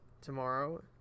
tomorrow